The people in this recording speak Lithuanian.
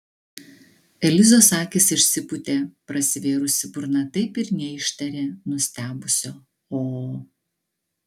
elizos akys išsipūtė prasivėrusi burna taip ir neištarė nustebusio o